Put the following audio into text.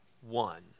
one